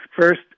first